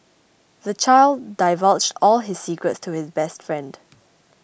the child divulged all his secrets to his best friend